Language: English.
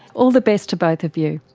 all the best to both of you.